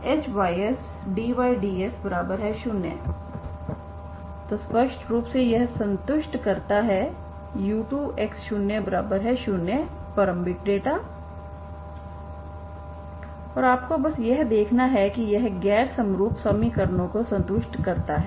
तो स्पष्ट रूप से यह संतुष्ट करता है u2x00 प्रारंभिक डेटा और आपको बस यह देखना है कि यह गैर समरूप समीकरणों को संतुष्ट करता है